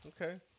Okay